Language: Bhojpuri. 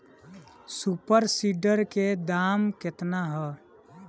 सुपर सीडर के दाम केतना ह?